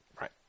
Right